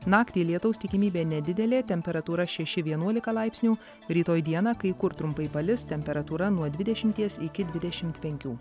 naktį lietaus tikimybė nedidelė temperatūra šeši vienuolika laipsnių rytoj dieną kai kur trumpai palis temperatūra nuo dvidešimties iki dvidešimt penkių